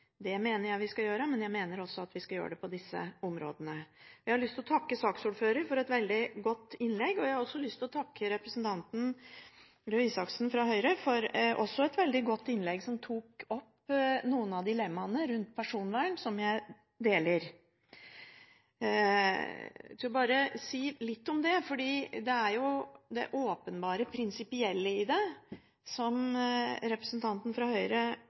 Det mener jeg vi skal gjøre, men jeg mener også at vi skal gjøre det på disse områdene. Jeg har lyst til å takke saksordføreren for et veldig godt innlegg. Jeg har også lyst til å takke representanten Røe Isaksen fra Høyre for et veldig godt innlegg, der han tok opp noen av dilemmaene rundt personvern som jeg deler. Jeg vil bare si litt om det. Det åpenbare prinsipielle i dette – som representanten fra Høyre